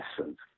essence